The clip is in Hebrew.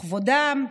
בכבודם,